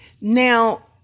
Now